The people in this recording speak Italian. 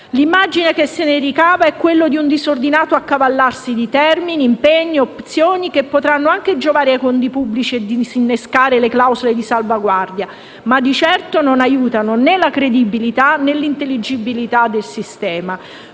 L'immagine che se ne ricava è quella di un disordinato accavallarsi di termini, impegni e opzioni che potranno anche giovare ai conti pubblici e disinnescare le clausole di salvaguardia, ma di certo non aiutano la credibilità né l'intelligibilità del sistema.